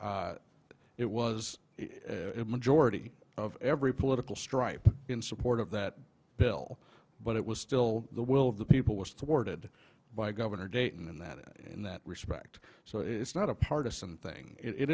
but it was a majority of every political stripe in support of that bill but it was still the will of the people was thwarted by governor dayton and that in that respect so it's not a partisan thing it